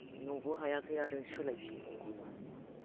न'बो हायाखै आरो सोलायफिननांगौब्ला